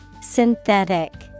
Synthetic